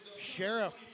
Sheriff